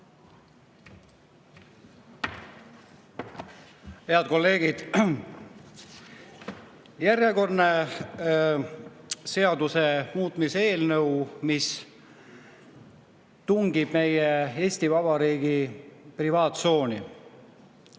Head kolleegid! Järjekordne seaduse muutmise eelnõu, mis tungib Eesti Vabariigi privaattsooni.